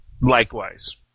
Likewise